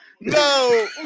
No